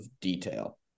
detail